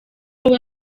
wowe